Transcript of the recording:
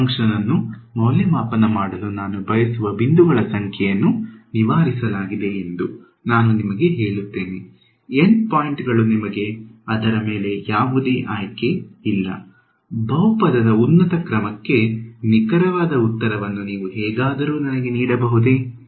ನನ್ನ ಫಂಕ್ಷನ್ ಅನ್ನು ಮೌಲ್ಯಮಾಪನ ಮಾಡಲು ನಾನು ಬಯಸುವ ಬಿಂದುಗಳ ಸಂಖ್ಯೆಯನ್ನು ನಿವಾರಿಸಲಾಗಿದೆ ಎಂದು ನಾನು ನಿಮಗೆ ಹೇಳುತ್ತೇನೆ N ಪಾಯಿಂಟ್ಗಳು ನಿಮಗೆ ಅದರ ಮೇಲೆ ಯಾವುದೇ ಆಯ್ಕೆ ಇಲ್ಲ ಬಹುಪದದ ಉನ್ನತ ಕ್ರಮಕ್ಕೆ ನಿಖರವಾದ ಉತ್ತರವನ್ನು ನೀವು ಹೇಗಾದರೂ ನನಗೆ ನೀಡಬಹುದೇ